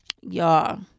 Y'all